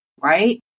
right